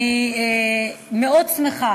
אני מאוד שמחה